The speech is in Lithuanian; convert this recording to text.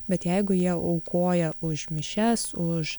bet jeigu jie aukoja už mišias už